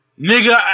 Nigga